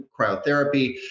cryotherapy